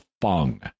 Fung